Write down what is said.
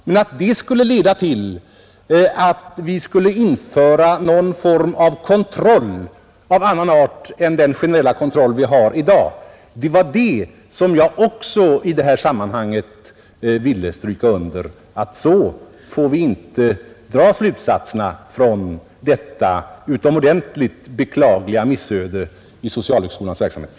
Men jag ville också i detta sammanhang stryka under att man inte får dra den slutsatsen av detta utomordentligt beklagliga missöde i socialhögskolans verksamhet att det skulle leda till att vi skulle införa någon form av kontroll av annan art än den generella kontroll som vi har i dag.